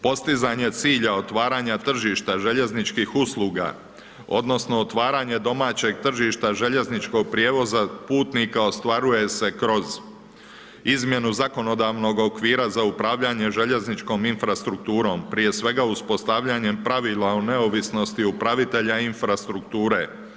Postizanje cilja otvaranja tržišta željezničkih usluga, odnosno otvaranje domaćeg tržišta željezničkog prijevoza putnika, ostvaruje se kroz izmjenu zakonodavnog okvira za upravljanje željezničkom infrastrukturom, prije svega uspostavljanjem pravila o neovisnosti upravitelja infrastrukture.